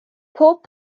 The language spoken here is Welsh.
pob